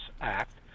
act